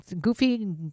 goofy